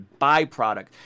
byproduct